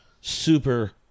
super